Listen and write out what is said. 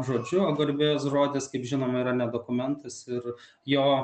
žodžiu o garbės žodis kaip žinome yra ne dokumentas ir jo